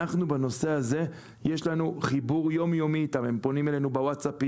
בנושא הזה יש לנו איתם חיבור יומיומי הם פונים אלינו בוואטסאפ,